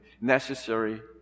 Necessary